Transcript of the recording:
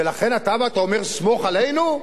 ולכן, אתה בא ואתה אומר: סמוך עלינו?